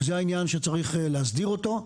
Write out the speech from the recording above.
זה העניין שצריך להסדיר אותו.